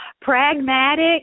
pragmatic